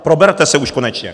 Proberte se už konečně!